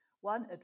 One